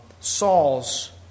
Saul's